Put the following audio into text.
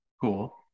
Cool